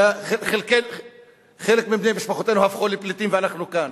וחלק מבני משפחותינו הפכו לפליטים, ואנחנו כאן,